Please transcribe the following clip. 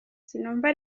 sinumva